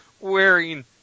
wearing